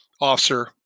officer